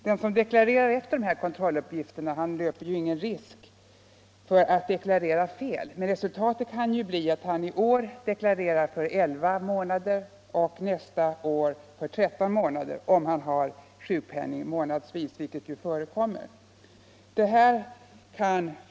Den som deklarerar efter kontrolluppgifterna löper visserligen ingen risk för att deklarera fel, men resultatet kan bli 15 att han, om han får sjukpenning månadsvis — vilket ju förekommer — i år deklarerar för elva månaders inkomst och 1976 för tretton månaders inkomst.